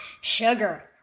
sugar